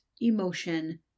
emotion